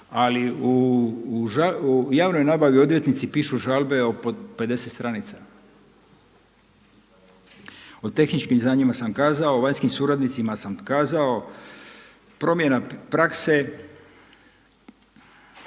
ali u javnoj nabavi odvjetnici pišu žalbe od 50 stranica. O tehničkim znanjima sam kazao. O vanjskim suradnicima sam kazao. Promjena prakse